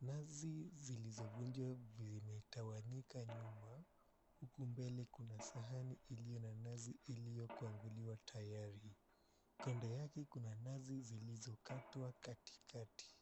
Nazi zilizovunjwa vimetawanyika nyuma, huku mbele kuna sahani iliyo na nazi iliyokwanguliwa tayari. Kando yake kuna nazi zilizokatwa katikati.